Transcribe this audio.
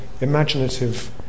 imaginative